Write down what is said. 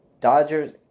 Dodgers